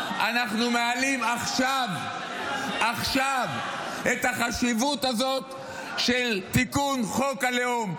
אנחנו מעלים עכשיו את החשיבות הזאת של תיקון חוק הלאום.